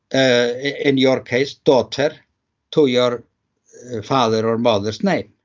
ah in your case d ttir to your father or mother's name.